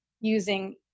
using